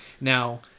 Now